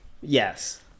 Yes